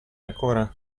ancora